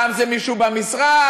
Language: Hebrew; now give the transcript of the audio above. פעם זה מישהו במשרד,